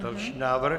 Další návrh.